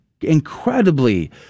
incredibly